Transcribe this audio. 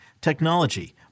technology